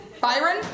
Byron